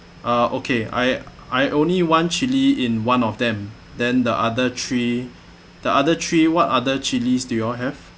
uh okay I I only want chilli in one of them then the other three the other three what other chilies do you all have